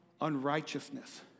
unrighteousness